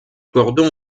cordon